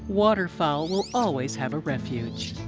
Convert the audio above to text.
waterfowl will always have a refuge.